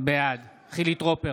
בעד חילי טרופר,